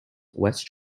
west